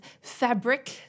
fabric